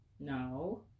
No